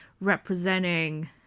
representing